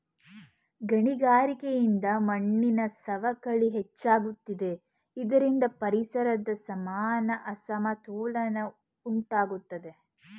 ಗಣಿಗಾರಿಕೆಯಿಂದ ಮಣ್ಣಿನ ಸವಕಳಿ ಹೆಚ್ಚಾಗುತ್ತಿದೆ ಇದರಿಂದ ಪರಿಸರದ ಸಮಾನ ಅಸಮತೋಲನ ಉಂಟಾಗುತ್ತದೆ